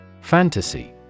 Fantasy